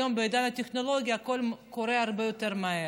היום, בעידן הטכנולוגיה, הכול קורה הרבה יותר מהר.